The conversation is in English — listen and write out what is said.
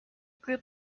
group